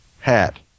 hat